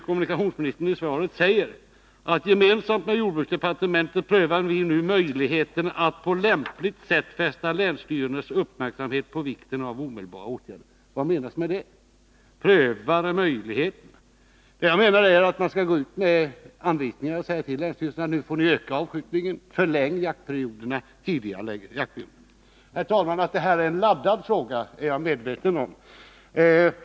Kommunikationsministern säger i sitt svar på min fråga: ”Gemensamt med jordbruksdepartementet prövar vi nu möjligheterna att på lämpligt sätt fästa länsstyrelsernas uppmärksamhet på vikten av omedelbara åtgärder.” Vad menas med att ”pröva möjligheterna”? Jag menar att man nu skall utfärda anvisningar. Regeringen måste uppmana länsstyrelserna: Öka avskjutningen, förläng jaktperioderna och tidigarelägg jakttiden! Herr talman! Att detta är en laddad fråga är jag medveten om.